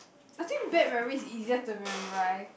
I think bad memories is easier to remember right